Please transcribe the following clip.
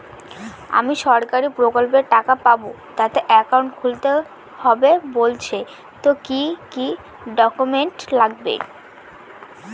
আমি সরকারি প্রকল্পের টাকা পাবো তাতে একাউন্ট খুলতে হবে বলছে তো কি কী ডকুমেন্ট লাগবে?